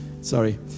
Sorry